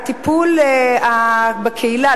הטיפול בקהילה,